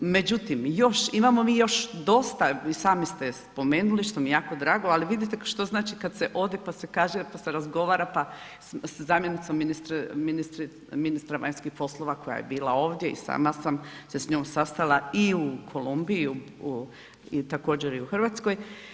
Međutim, još imamo mi još dosta i sami ste spomenuli što mi je jako drago, ali vidite što znači kad se ode, pa se kaže, pa se razgovara, pa sa zamjenicom ministra vanjskih poslova koja je bila ovdje i sama sam se s njom sastala i u Kolumbiji i također i u Hrvatskoj.